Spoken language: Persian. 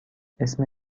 اسم